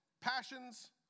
passions